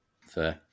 Fair